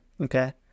Okay